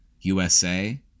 USA